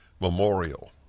Memorial